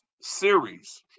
series